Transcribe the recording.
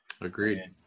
Agreed